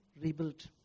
rebuilt